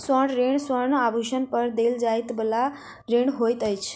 स्वर्ण ऋण स्वर्ण आभूषण पर देल जाइ बला ऋण होइत अछि